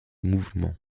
mouvement